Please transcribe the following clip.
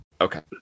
Okay